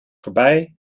voorbij